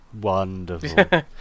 wonderful